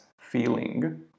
feeling